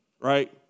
right